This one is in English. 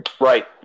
right